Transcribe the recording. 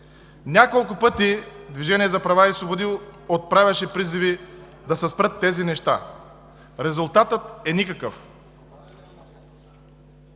Няколко пъти „Движението за права и свободи“ отправяше призиви да се спрат тези неща. Резултатът е никакъв.